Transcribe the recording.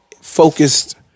focused